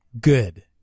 good